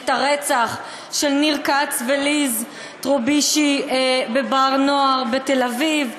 את הרצח של ניר כץ וליז טרובישי ב"בר-נוער" בתל-אביב,